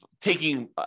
taking